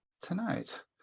tonight